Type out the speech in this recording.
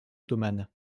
ottomane